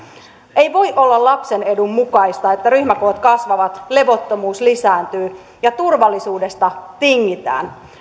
ei voi olla lapsen edun mukaista että ryhmäkoot kasvavat levottomuus lisääntyy ja turvallisuudesta tingitään